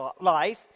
life